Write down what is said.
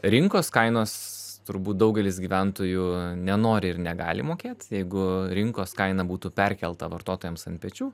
rinkos kainos turbūt daugelis gyventojų nenori ir negali mokėt jeigu rinkos kaina būtų perkelta vartotojams ant pečių